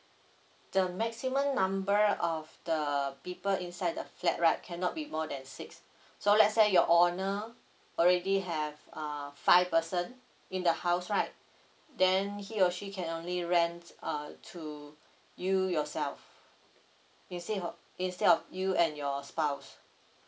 the maximum number of the people inside the flat right cannot be more than six so let's say your owner already have uh five person in the house right then he or she can only rent uh to you yourself instead of instead of you and your spouse